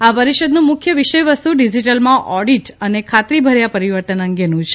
આ પરિષદનું મુખ્ય વિષય વસ્તુ ડીજીટલમાં ઓડીટ અને ખાત્રીભર્યા પરિવર્તન અંગેનું છે